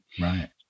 right